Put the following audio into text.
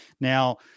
now